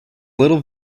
little